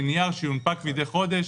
לנייר שיונפק מדי חודש,